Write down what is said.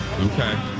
Okay